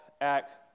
act